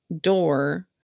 door